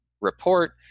report